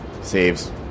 Saves